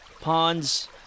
ponds